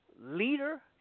leader